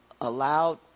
allowed